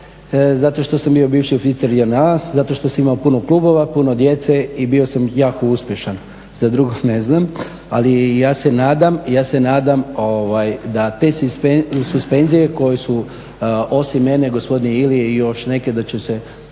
zato što sam bio bivši oficir JNA, zato što sam imao puno klubova, puno djece i bio sam jako uspješan, za drugo ne znam. Ali ja se nadam, ja se nadam da te suspenzije koje su osim mene gospodina Ilije i još neke, da će se